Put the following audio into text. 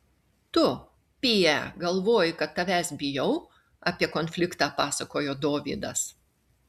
tu py e galvoji kad tavęs bijau apie konfliktą pasakojo dovydas